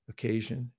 Occasion